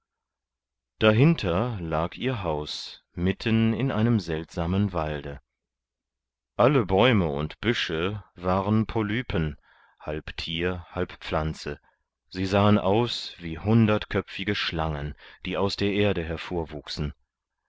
dahinter lag ihr haus mitten in einem seltsamen walde alle bäume und büsche waren polypen halb tier halb pflanze sie sahen aus wie hundertköpfige schlangen die aus der erde